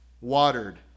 watered